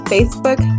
Facebook